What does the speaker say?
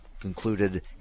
concluded